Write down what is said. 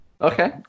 Okay